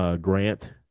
Grant